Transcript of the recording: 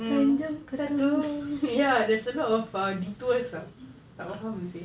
mm katong ya there's a lot of ah detours ah tak faham seh